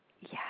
Yes